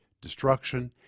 destruction